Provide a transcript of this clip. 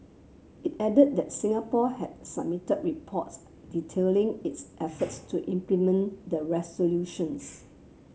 it added that Singapore had submitted reports detailing its efforts to implement the resolutions